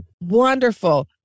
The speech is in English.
Wonderful